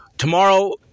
Tomorrow